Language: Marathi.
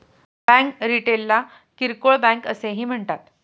बँक रिटेलला किरकोळ बँक असेही म्हणतात